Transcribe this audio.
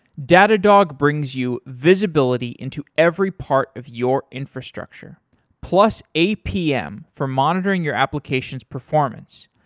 datadog brings you visibility into every part of your infrastructure plus apm for monitoring your application's performance.